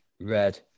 Red